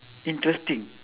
interesting